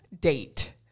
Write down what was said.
date